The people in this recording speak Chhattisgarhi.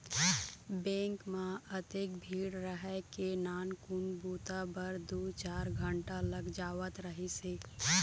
बेंक म अतेक भीड़ रहय के नानकुन बूता बर दू चार घंटा लग जावत रहिस हे